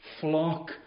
flock